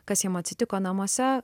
kas jam atsitiko namuose